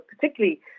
particularly